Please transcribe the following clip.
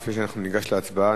לפני שניגש להצבעה,